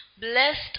Blessed